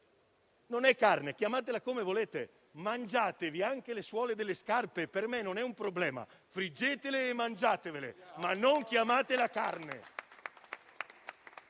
Non è carne! Chiamatela come volete. Mangiatevi anche le suole delle scarpe: per me non è un problema. Friggetele e mangiatevele, ma non chiamatela carne.